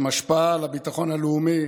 עם השפעה על הביטחון הלאומי,